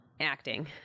acting